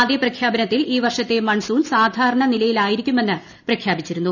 ആദ്യ പ്രഖ്യാപനത്തിൽ ഈ വർഷത്തെ മൺസൂൺ സാധാരണ നിലയിലായിരിക്കുമെന്ന് പ്രഖ്യാപിച്ചിരുന്നു